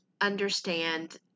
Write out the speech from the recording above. understand